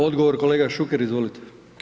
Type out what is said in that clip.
Odgovor kolega Šuker, izvolite.